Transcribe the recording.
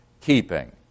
keeping